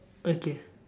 okay